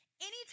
Anytime